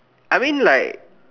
I mean like